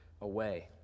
away